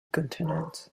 continents